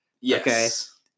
Yes